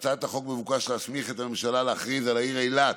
בהצעת החוק מבוקש להסמיך את הממשלה להכריז על העיר אילת,